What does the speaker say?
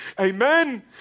amen